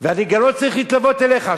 ואני גם לא צריך להתלוות אליך.